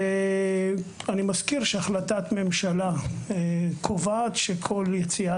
אני מזכיר שהחלטת הממשלה קבעת שכל יציאה